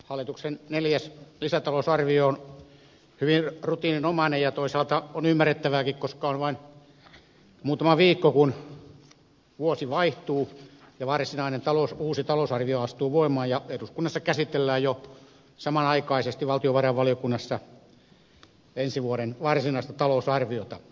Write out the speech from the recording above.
hallituksen neljäs lisätalousarvio on hyvin rutiininomainen ja toisaalta se on ymmärrettävääkin koska on vain muutama viikko ennen kuin vuosi vaihtuu ja varsinainen uusi talousarvio astuu voimaan ja eduskunnassa käsitellään jo samanaikaisesti valtiovarainvaliokunnassa ensi vuoden varsinaista talousarviota